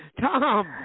Tom